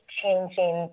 changing